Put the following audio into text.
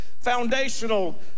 foundational